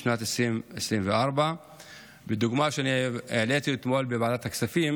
בשנת 2024. דוגמה שהעליתי אתמול בוועדת הכספים